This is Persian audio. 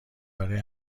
برای